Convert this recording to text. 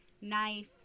knife